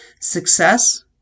Success